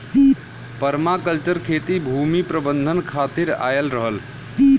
permaculture खेती भूमि प्रबंधन खातिर आयल रहल